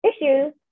issues